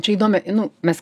čia įdomi nu mes